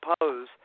oppose